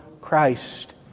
Christ